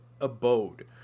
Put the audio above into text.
abode